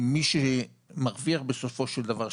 מי שמרוויח בסופו של דבר,